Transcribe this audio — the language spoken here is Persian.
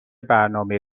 برنامه